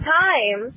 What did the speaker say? time